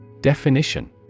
Definition